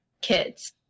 kids